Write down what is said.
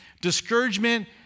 discouragement